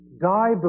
die